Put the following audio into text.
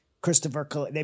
Christopher